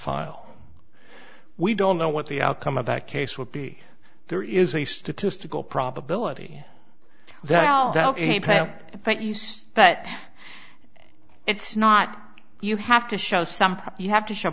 file we don't know what the outcome of that case would be there is a statistical probability that well but yes but it's not you have to show some proof you have to show